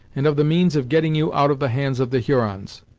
and of the means of getting you out of the hands of the hurons.